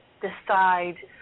decide –